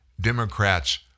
Democrats